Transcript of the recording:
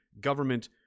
government